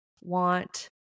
want